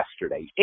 yesterday